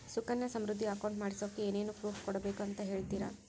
Sukanya Samriddhi account ಮಾಡಿಸೋಕೆ ಏನೇನು proof ಕೊಡಬೇಕು ಅಂತ ಹೇಳ್ತೇರಾ?